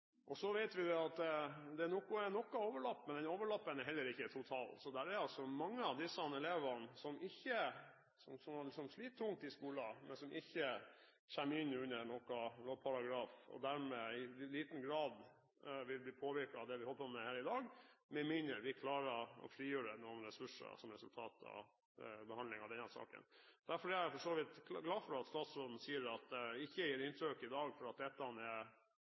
Så vet vi at det er noe overlapping, men at overlappingen ikke er total. Så det er mange av disse elevene som sliter tungt i skolen, men som ikke kommer innunder noen lovparagraf. De vil i liten grad bli påvirket av det vi holder på med her i dag, med mindre vi klarer å frigjøre noen ressurser som resultat av behandlingen av denne saken. Derfor er jeg for så vidt glad for at statsråden sier at det i dag ikke gis uttrykk for at dette er